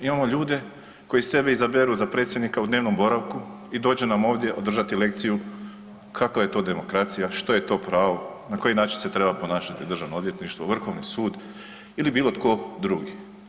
Imamo ljude koji sebe izaberi za predsjednika u dnevnom boravku i dođe nam ovdje održati lekciju kakva je to demokracija, što je to pravo, na koji način se treba ponašati DORH, Vrhovni sud ili bilo tko drugi.